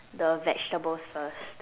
the vegetables first